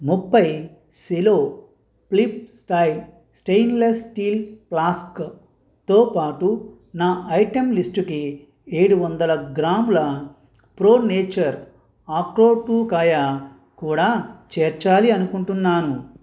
ముప్పై Cello flip style stainless steel ఫ్లాస్క్తో పాటు నా ఐటెం లిస్టుకి ఏడు వందల గ్రాముల ప్రో నేచర్ అక్రోటు కాయ కూడా చేర్చాలి అనుకుంటున్నాను